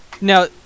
Now